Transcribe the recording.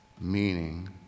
meaning